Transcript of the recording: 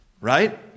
right